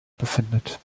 befindet